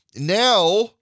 Now